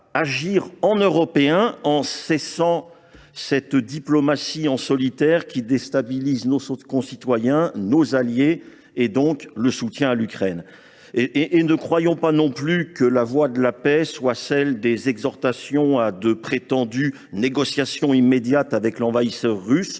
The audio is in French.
d’agir en Européens en mettant fin à cette diplomatie menée en solitaire qui déstabilise nos concitoyens, nos alliés et donc le soutien à l’Ukraine. Ne croyons pas non plus que la voie de la paix soit celle des exhortations à de prétendues négociations immédiates avec l’envahisseur russe,